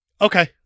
Okay